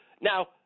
Now